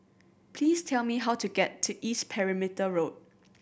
please tell me how to get to East Perimeter Road